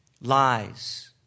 lies